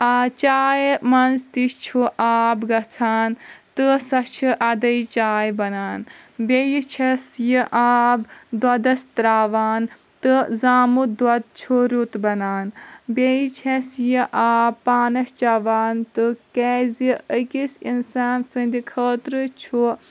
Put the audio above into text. آ چاے منٛز تہِ چھُ آب گژھان تہٕ سۄ چھِ ادٕے چاے بنان بیٚیہِ چھس یہِ آب دۄدس ترٛاوان تہٕ زامُت دۄد چھُ رُت بنان بیٚیہِ چھس یہِ آب پانس چٮ۪وان تہٕ کیٛازِ أکِس انسان سٕنٛدِ خٲطرٕ چھُ